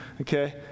Okay